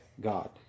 God